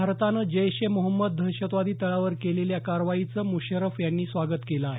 भारतानं जैश ए मोहम्मदच्या दहशतवादी तळांवर केलेल्या कारवाईचं मुशर्रफ यांनी स्वागत केलं आहे